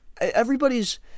everybody's